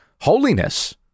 holiness